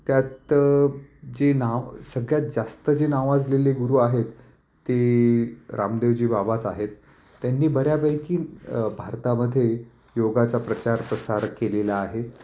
त्यातं जे नाव सगळ्यात जास्त जे नावाजलेले गुरू आहेत ते रामदेवजी बाबाच आहेत त्यांनी बऱ्यापैकी भारतामध्ये योगाचा प्रचार प्रसार केलेला आहे